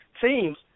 teams